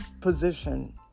position